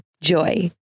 JOY